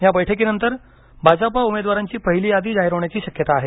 या बैठकीनंतर भाजपा मेदवारांची पहिली यादी जाहीर होण्याची शक्यता आहे